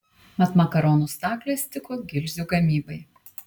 mat makaronų staklės tiko gilzių gamybai